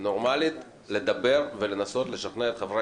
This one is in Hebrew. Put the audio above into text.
נורמלית לדבר ולנסות לשכנע את חברי